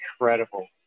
incredible